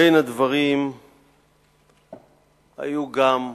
בין הדברים היו גם גוזמאות.